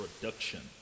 production